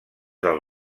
dels